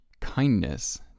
kindness